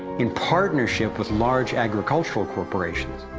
in partnership with large agricultural corporations.